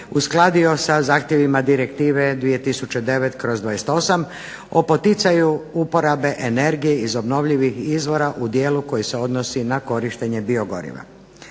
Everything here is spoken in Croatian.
uskladio sa zahtjevima direktive 2009/28. o poticaju uporabe energije iz obnovljivih izvora u dijelu koji se odnosi na korištenje biogoriva.